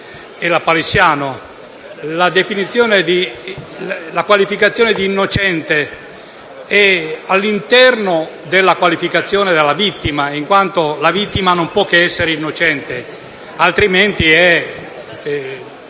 La qualificazione di innocente è all'interno della qualificazione di vittima, in quanto la vittima non può che essere innocente; altrimenti è